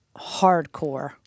hardcore